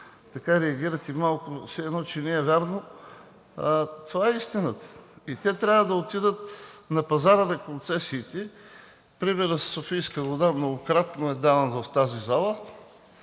че реагирате малко – все едно, че не е вярно. Това е истината. Те трябва да отидат на пазара на концесиите. Примерът със „Софийска вода“ многократно е даван в тази зала